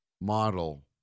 model